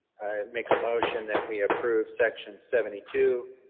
make motion that we approve section seventy two,